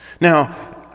Now